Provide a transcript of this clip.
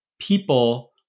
people